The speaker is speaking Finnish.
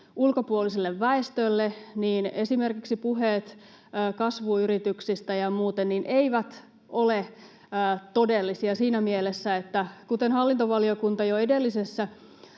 ulkopuoliselle väestölle, niin esimerkiksi puheet kasvuyrityksistä ja muusta eivät ole todellisia siinä mielessä, että — kuten hallintovaliokunta jo edellisessä